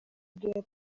abwira